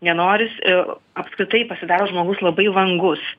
nenoris a apskritai pasidaro žmogus labai vangus